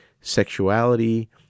sexuality